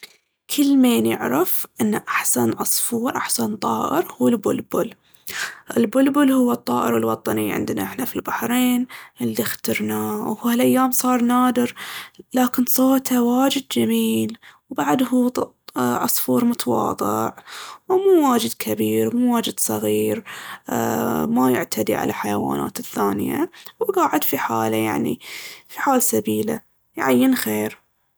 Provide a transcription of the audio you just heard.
كل مين يعرف ان احسن عصفور، احسن طائر هو البلبل. البلبل هو الطائر الوطني عندنا احنا في البحرين، واللي اخترناه. وهالأيام صار نادر لكن صوته واجد جميل. وبعد هو عصفور متواضع، ومو واجد كبير مو جايد صغير، أمم ما يعتدي على الحياوانات الثانية، وقاعد في حاله يعني، في حال سبيله، يعيّن خير.